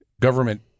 Government